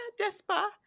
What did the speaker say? Despa